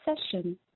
session